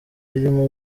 irimo